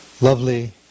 lovely